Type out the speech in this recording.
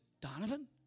Donovan